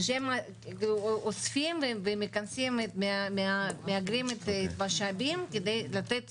שהם אוספים ומכנסים, מאגנים משאבים כדי לתת סיוע.